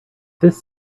this